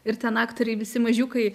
ir ten aktoriai visi mažiukai